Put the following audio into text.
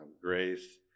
grace